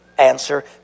answer